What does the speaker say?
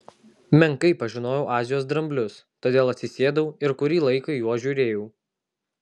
menkai pažinojau azijos dramblius todėl atsisėdau ir kurį laiką į juos žiūrėjau